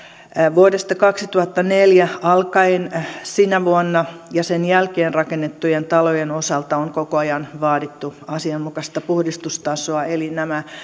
vuodesta kaksituhattaneljä alkaen sinä vuonna ja sen jälkeen rakennettujen talojen osalta on koko ajan vaadittu asianmukaista puhdistustasoa eli nämä